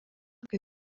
kai